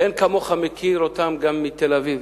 ומי כמוך מכיר אותה, גם מתל-אביב.